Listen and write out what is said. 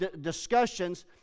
discussions